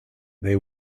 they